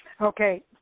Okay